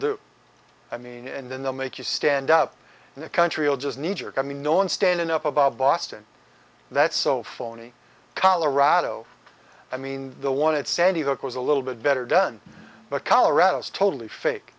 do i mean and then they'll make you stand up and the country will just kneejerk i mean no one standing up above boston that's so phony colorado i mean the one it's sandy hook was a little bit better done but colorado is totally fake